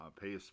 pay